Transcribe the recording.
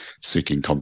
seeking